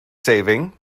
saving